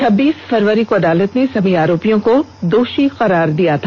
छब्बीस फरवरी को अदालत ने सभी आरोपियों को दोषी करार दिया था